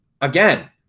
again